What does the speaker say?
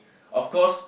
of course